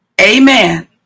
Amen